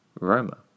Roma